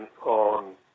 on